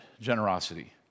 generosity